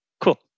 Cool